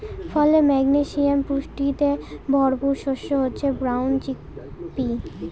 ফলে, ম্যাগনেসিয়াম পুষ্টিতে ভরপুর শস্য হচ্ছে ব্রাউন চিকপি